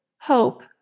hope